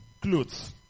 clothes